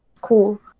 Cool